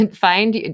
find